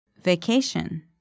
Vacation